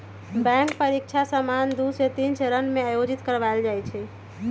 bank परीकछा सामान्य दू से तीन चरण में आयोजित करबायल जाइ छइ